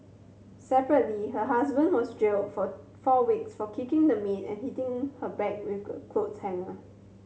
separately her husband was jailed for four weeks for kicking the maid and hitting her back with a clothes hanger